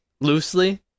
Loosely